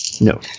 No